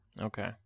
Okay